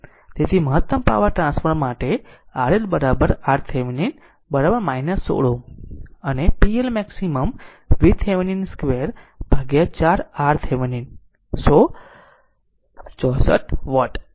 તેથી મહત્તમ power transfer માટે RL RThevenin 16 Ω અને pLmax VThevenin 2 ભાગ્યા 4 RThevenin so 64વોટ